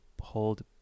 hold